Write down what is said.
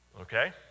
Okay